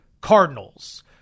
Cardinals